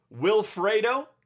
Wilfredo